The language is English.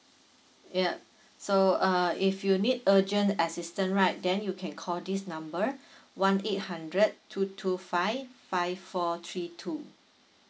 yup so uh if you need urgent assistant right then you can call this number one eight hundred two two five five four three two